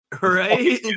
right